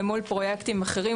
למול פרויקטים אחרים,